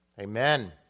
Amen